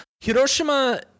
hiroshima